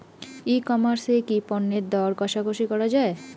ই commerce এ কি পণ্যের দর কশাকশি করা য়ায়?